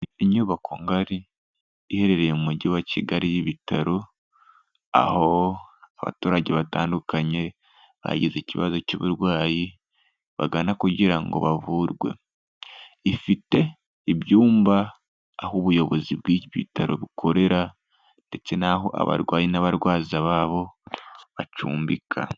Inyubako ngari iherereye mu mujyi wa Kigali y'ibitaro aho abaturage batandukanye bagize ikibazo cy'uburwayi bagana kugira ngo bavurwe, ifite ibyumba aho ubuyobozi bw'ibitaro bukorera ndetse n'aho abarwayi n'abarwaza babo bacumbika.